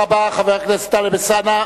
תודה רבה, חבר הכנסת טלב אלסאנע.